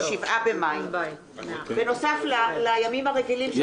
7 במאי בנוסף לימים הרגילים.